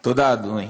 תודה, אדוני.